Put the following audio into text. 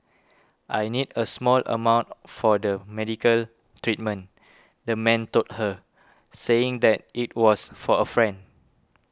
I need a small amount for the medical treatment the man told her saying that it was for a friend